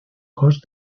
cost